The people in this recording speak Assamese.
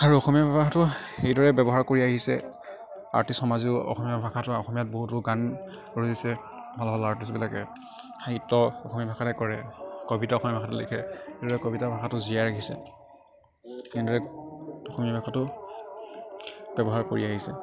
আৰু অসমীয়া ভাষাটো এইদৰে ব্যৱহাৰ কৰি আহিছে আৰ্ষ্টিচ সমাজেও অসমীয়া ভাষাটো অসমীয়াত বহুতো গান কৰিছে ভাল ভাল আৰ্ষ্টিচবিলাকে সাহিত্য অসমীয়া ভাষাতে কৰে কবিতাও অসমীয়া ভাষাত লিখে এইদৰে কবিতাৰ ভাষাটো জীয়াই ৰাখিছে তেনেদৰে অসমীয়া ভাষাটো ব্যৱহাৰ কৰিয়ে আহিছে